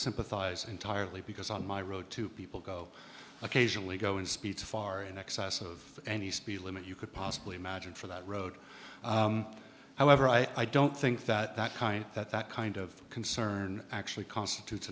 sympathise entirely because on my road two people go occasionally go and speak to far in excess of any speed limit you could possibly imagine for that road however i don't think that kind that that kind of concern actually constitute